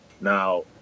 Now